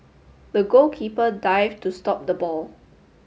the goalkeeper dived to stop the ball